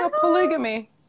polygamy